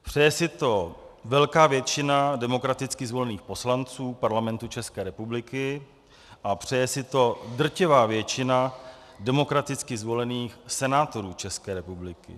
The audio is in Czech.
Přeje si to velká většina demokraticky zvolených poslanců Parlamentu České republiky a přeje si to drtivá většina demokraticky zvolených senátorů České republiky.